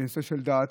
בנושא של דת,